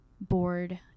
board